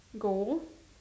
go